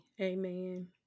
Amen